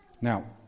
Now